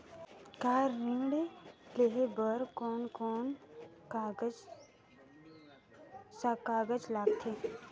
Car ऋण लेहे बार कोन कोन सा कागज़ लगथे?